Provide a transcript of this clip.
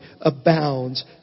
abounds